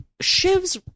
Shiv's